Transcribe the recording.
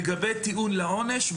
לגבי טיעון לעונש,